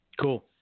cool